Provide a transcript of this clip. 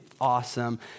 awesome